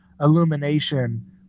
illumination